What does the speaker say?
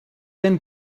then